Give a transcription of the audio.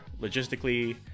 logistically